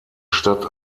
stadt